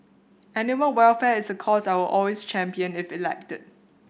animal welfare is a cause I will always champion if elected